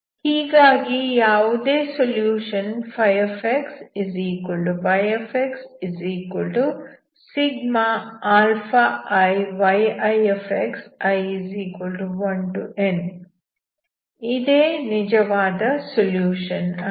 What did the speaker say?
ಹೀಗಾಗಿ ಯಾವುದೇ solution xyxi1niyi ಇದೇ ನಿಜವಾದ ಸೊಲ್ಯೂಷನ್ ಆಗಿದೆ